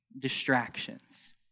distractions